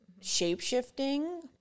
shape-shifting